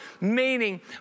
meaning